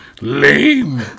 Lame